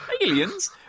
Aliens